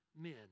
men